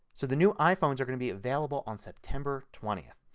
so the new iphones are going to be available on september twentieth.